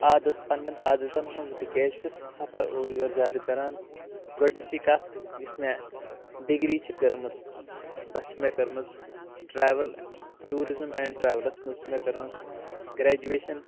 عادت پنٕنٮ۪ن عادتن ہٕنٛز بہٕ کیٛازِ چھُس سفر اورٕ یورٕ زیادٕ کران گۄڈٕنچی کتھ یُس مےٚ ڈگری چھِ کٔرمٕژ سۄ چھ مےٚ کٔرمٕژ ٹریوٕل ٹوٗرزم اینڈ ٹریوٕلس منٛز چھِ مےٚ کٔرمٕژ گرٛیجویشن